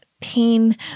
pain